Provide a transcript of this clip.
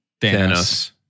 Thanos